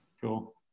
Cool